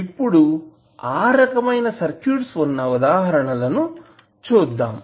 ఇప్పుడు ఆ రకమైన సర్క్యూట్స్ ఉన్న ఉదాహరణలను చూద్దాం